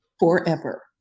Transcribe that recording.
forever